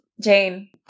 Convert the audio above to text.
Jane